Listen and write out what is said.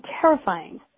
terrifying